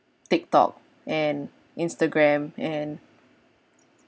TikTok and Instagram and